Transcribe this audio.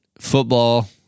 football